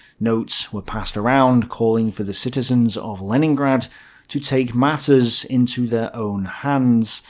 notes were passed around calling for the citizens of leningrad to take matters into their own hands,